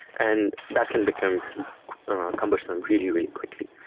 and that can become cumbersome really, really quickly.